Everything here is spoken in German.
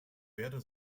werde